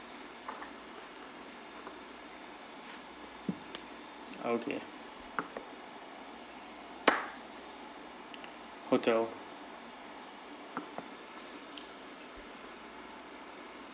okay hotel